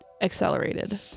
accelerated